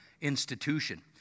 institution